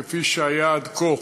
כפי שהיה עד כה.